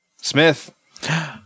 smith